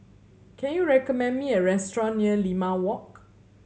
can you recommend me a restaurant near Limau Walk